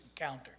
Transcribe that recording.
encounter